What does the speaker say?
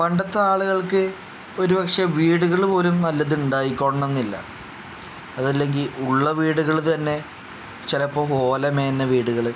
പണ്ടത്തെ ആളുകൾക്ക് ഒരുപക്ഷെ വീടുകൾ പോലും നല്ലത് ഉണ്ടായിക്കൊള്ളണം എന്നില്ല അത് അല്ലെങ്കിൽ ഉള്ള വീടുകൾ തന്നെ ചിലപ്പോൾ ഓല മേഞ്ഞ വീടുകൾ